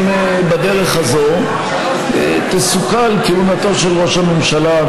בדרך הזאת תסוכל כהונתו של ראש הממשלה,